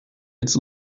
its